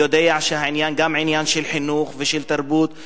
אני יודע שהעניין הוא גם עניין של חינוך ושל תרבות וכו',